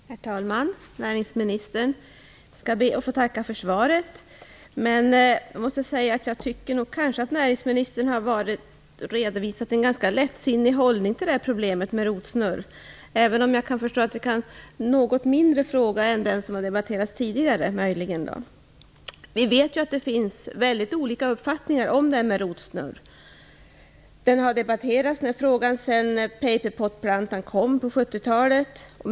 Herr talman! Näringsministern! Jag skall be att få tacka för svaret. Jag måste säga att näringsministern har redovisat en ganska lättsinnig hållning till problemet med rotsnurr, även jag kan förstå att detta möjligen är en något mindre fråga än den som debatterades här tidigare. Vi vet att det finns väldigt olika uppfattningar om det här med rotsnurr. Frågan har debatterats sedan paperpotplantan kom på 70-talet.